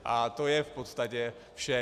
A to je v podstatě vše.